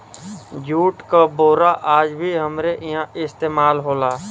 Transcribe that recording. jute क बोरा आज भी हमरे इहां इस्तेमाल होला